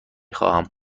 خواهم